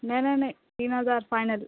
نہیں نہیں نہیں تین ہزار فائنل